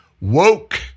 woke